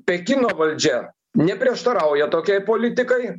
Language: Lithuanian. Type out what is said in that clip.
pekino valdžia neprieštarauja tokiai politikai